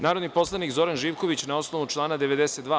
Narodni poslanik Zoran Živković, na osnovu člana 92.